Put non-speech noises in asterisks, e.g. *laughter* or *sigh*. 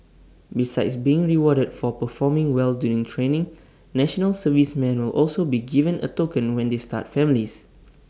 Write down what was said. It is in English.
besides being rewarded for performing well during training National Serviceman will also be given A token when they start families *noise*